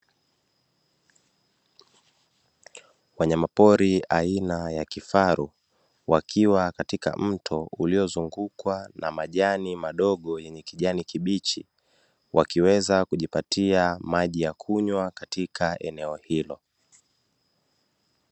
Wanyama pori aina ya kifaru wakiwa katika mto uliozungukwa na majani madogo yenye kijani kibichi, wakiweza kujipatia maji ya kunywa katika eneo hilo.